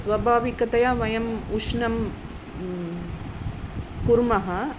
स्वाभाविकतया वयम् उष्णं कुर्मः